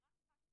תדעו את